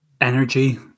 energy